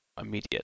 immediate